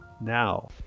now